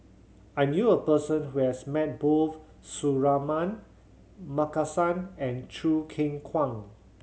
I knew a person who has met both Suratman Markasan and Choo Keng Kwang